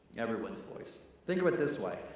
everyone's voice. think of it this way.